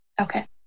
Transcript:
Okay